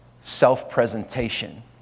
self-presentation